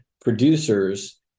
producers